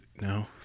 no